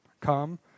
come